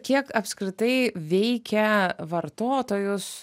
kiek apskritai veikia vartotojus